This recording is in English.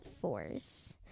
force